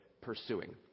Pursuing